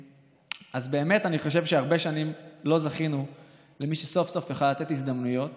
אז באמת אני חושב שהרבה שנים לא זכינו למי שסוף-סוף יכול לתת הזדמנויות